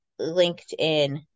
LinkedIn